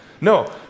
No